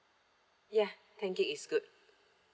yeah ten gig is good